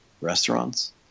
restaurants